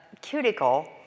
cuticle